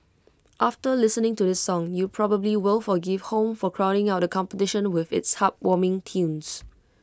after listening to this song you probably will forgive home for crowding out competition with its heartwarming tunes